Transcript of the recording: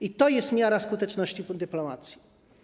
I to jest miara skuteczności dyplomacji.